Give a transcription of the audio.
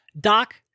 Doc